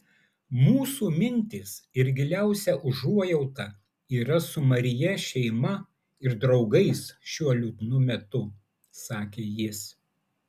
mūsų mintys ir giliausia užuojauta yra su maryje šeima ir draugais šiuo liūdnu metu sakė jis